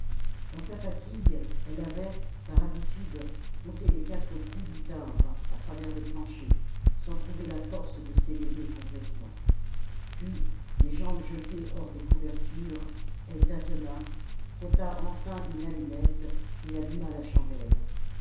dans sa fatigue elle avait par habitude compté les quatre coups du timbre à travers le plancher sans trouver la force de s'éveiller complètement puis les jambes jetées hors des couvertures elle tâtonna frotta enfin une allumette et alluma la chandelle